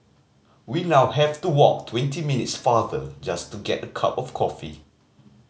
we now have to walk twenty minutes farther just to get a cup of coffee